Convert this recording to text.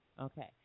Okay